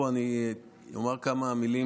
פה אני אומר כמה מילים,